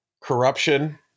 corruption